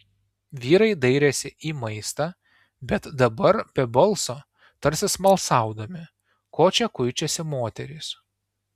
vyrai dairėsi į maistą bet dabar be balso tarsi smalsaudami ko čia kuičiasi moterys